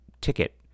ticket